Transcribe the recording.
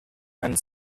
and